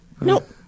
Nope